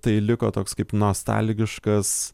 tai liko toks kaip nostalgiškas